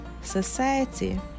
society